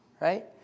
right